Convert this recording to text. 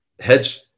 hedge